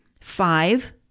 Five